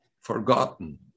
forgotten